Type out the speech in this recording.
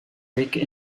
weken